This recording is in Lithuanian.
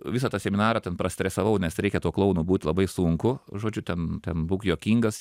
visą tą seminarą ten prastresavau nes reikia tuo klounu būt labai sunku žodžiu ten ten būk juokingas